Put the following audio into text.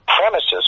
premises